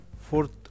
fourth